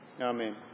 Amen